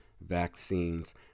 vaccines